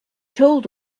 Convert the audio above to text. told